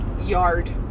yard